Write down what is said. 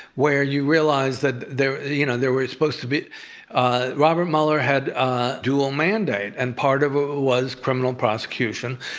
where you realize that there you know there were supposed to be ah robert mueller had ah dual mandate, and part of it was criminal prosecution,